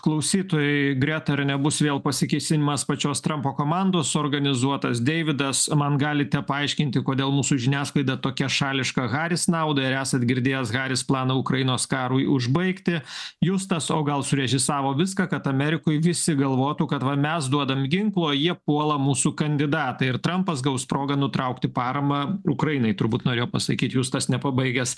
klausytojai greta ar nebus vėl pasikėsinimas pačios trampo komandos suorganizuotas deividas man galite paaiškinti kodėl mūsų žiniasklaida tokia šališka haris naudai ar esat girdėjęs haris planą ukrainos karui užbaigti justas o gal surežisavo viską kad amerikoj visi galvotų kad va mes duodam ginklų o jie puola mūsų kandidatą ir trampas gaus progą nutraukti paramą ukrainai turbūt norėjo pasakyt justas nepabaigęs